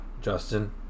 Justin